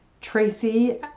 Tracy